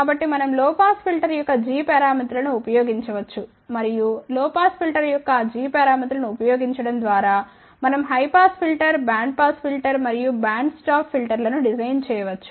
కాబట్టి మనం low pass filter యొక్క g పారామితులను ఉపయోగించవచ్చు మరియు లో పాస్ ఫిల్టర్ యొక్క ఆ g పారామితులను ఉపయోగించడం ద్వారా మనం high pass filter band pass filter మరియు బ్యాండ్ స్టాప్ ఫిల్టర్లను డిజైన్ చేయవచ్చు